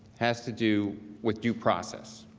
has to do with due process.